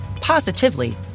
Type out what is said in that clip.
positively